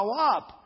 up